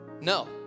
No